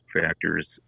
factors